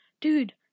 dude